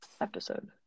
episode